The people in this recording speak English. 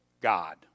God